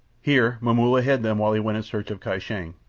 here momulla hid them while he went in search of kai shang,